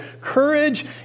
Courage